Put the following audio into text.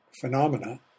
phenomena